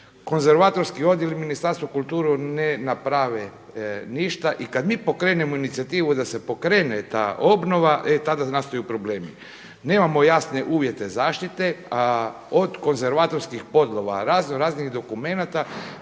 Konzervatorski odjel Ministarstva kulture ne naprave ništa i kad mi pokrenemo inicijativu da se pokrene ta obnova, e tada nastaju problemi. Nemamo jasne uvjete zaštite od konzervatorskih …/Govornik se